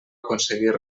aconseguir